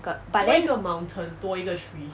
个 but then